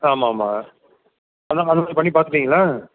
ஆமாம் ஆமாம் அ அந்த மாதிரி பண்ணி பார்த்துடீங்களா